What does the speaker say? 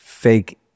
fake